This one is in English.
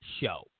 Show